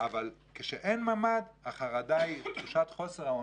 אבל כשאין ממ"ד, תחושת חוסר האונים,